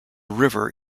river